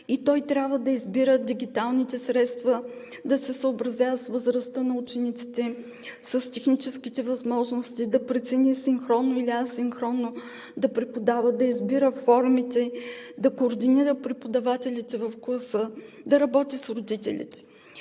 той трябва да избира дигиталните средства, да се съобразява с възрастта на учениците, с техническите възможности, да прецени синхронно или асинхронно да преподава, да избира формите, да координира, да координира преподавателите в класа, да работи с родителите.